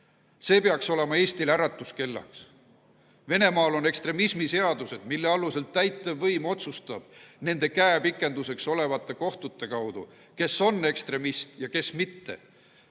See peaks olema Eestile äratuskellaks. Venemaal on ekstremismiseadused, mille alusel täitevvõim otsustab nende käepikenduseks olevate kohtute kaudu, kes on ekstremist ja kes mitte.